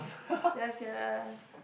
ya sia